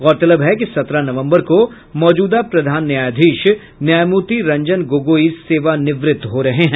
गौरतलब है कि सत्रह नवम्बर को मौजूदा प्रधान न्यायाधीश न्यायमूर्ति रंजन गोगोई सेवानिवृत्त हो रहे हैं